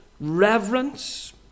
reverence